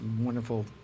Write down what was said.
wonderful